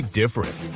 different